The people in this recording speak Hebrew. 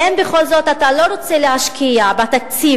ואם בכל זאת אתה לא רוצה להשקיע בתקציב,